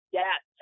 yes